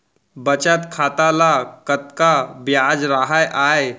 बचत खाता ल कतका ब्याज राहय आय?